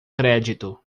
crédito